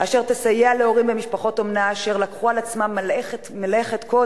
אשר תסייע להורים במשפחות אומנה אשר לקחו על עצמם מלאכת קודש,